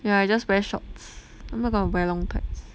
yeah I just wear shorts I'm not gonna wear long pants